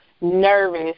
nervous